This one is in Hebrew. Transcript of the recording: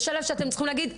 יש שלב שאתם צריכים הגיד,